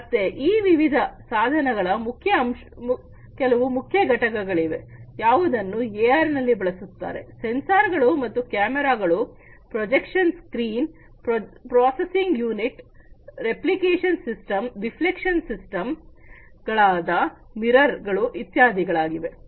ಮತ್ತೆ ಈ ವಿವಿಧ ಸಾಧನಗಳ ಕೆಲವು ಮುಖ್ಯ ಘಟಕಗಳಿವೆ ಯಾವುವನ್ನು ಎಆರ್ ನಲ್ಲಿ ಬಳಸುತ್ತಾರೆ ಸೆನ್ಸಾರ್ಗಳು ಮತ್ತು ಕ್ಯಾಮೆರಾಗಳು projection screen processing unit reflection system ಗಳಾದ ಮಿರರ್ ಗಳು ಇತ್ಯಾದಿಗಳಿವೆ